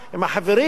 עם החברים,